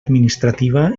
administrativa